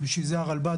בשביל זה הרלב"ד,